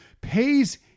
pays